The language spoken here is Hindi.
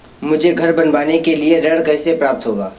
मुझे घर बनवाने के लिए ऋण कैसे प्राप्त होगा?